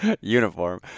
Uniform